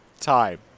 Time